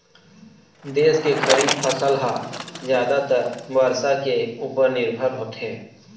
देश के खरीफ फसल ह जादातर बरसा के उपर निरभर होथे